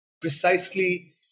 precisely